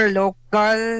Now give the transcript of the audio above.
local